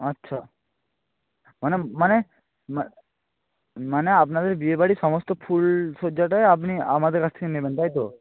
আচ্ছা মানে মানে মা মানে আপনাদের বিয়েবাড়ির সমস্ত ফুলসজ্জাটাই আপনি আমাদের কাছ থেকে নেবেন তাই তো